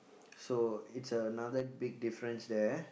so it's another big difference there